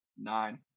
Nine